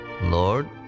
lord